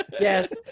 yes